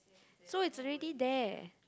so it's already there